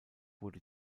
wurde